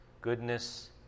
goodness